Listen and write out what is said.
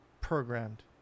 programmed